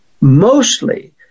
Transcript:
mostly